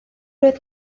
oedd